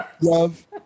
love